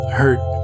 hurt